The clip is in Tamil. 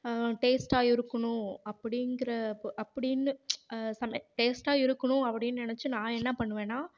டேஸ்ட்டாக இருக்கணும் அப்படிங்குற அப்படின்னு டேஸ்ட்டாக இருக்கணும் அப்படினு நினச்சி நான் என்ன பண்ணுவேனால்